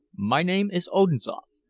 my name is odinzoff.